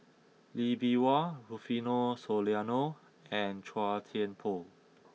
Lee Bee Wah Rufino Soliano and Chua Thian Poh